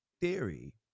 theory